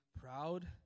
proud